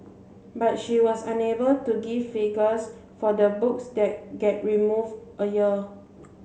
but she was unable to give figures for the books that get removed a year